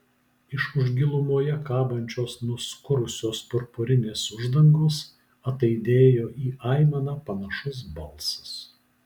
iš už gilumoje kabančios nuskurusios purpurinės uždangos ataidėjo į aimaną panašus balsas